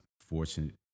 fortunate